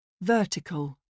Vertical